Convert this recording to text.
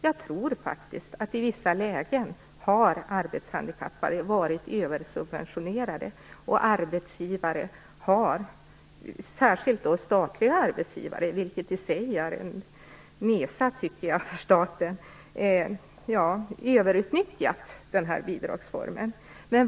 Jag tror faktiskt att arbetshandikappade i vissa lägen har varit översubventionerade. Arbetsgivare har överutnyttjat den här bidragsformen, särskilt statliga arbetsgivare, vilket i sig är en nesa för staten.